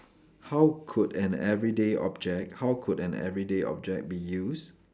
how could an everyday object how could an everyday object be used